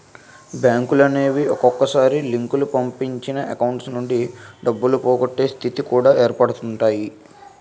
బ్యాంకులనేవి ఒక్కొక్కసారి లింకులు పంపించి అకౌంట్స్ నుంచి డబ్బులు పోగొట్టే స్థితి కూడా ఏర్పడుతుంటాయి